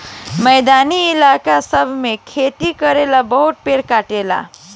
मैदानी इलाका सब मे खेती करेला बहुते पेड़ कटाला